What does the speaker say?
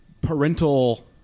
parental –